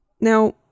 Now